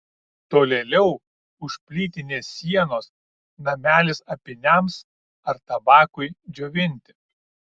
tolėliau už plytinės sienos namelis apyniams ar tabakui džiovinti